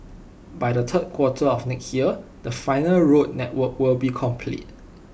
by the third quarter of next year the final road network will be complete